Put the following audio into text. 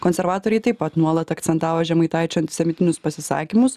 konservatoriai taip pat nuolat akcentavo žemaitaičio antisemitinius pasisakymus